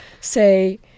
say